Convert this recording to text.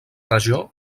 regió